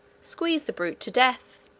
squeeze the brute to death.